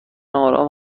آرام